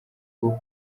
bwo